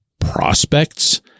prospects